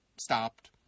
stopped